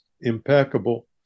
impeccable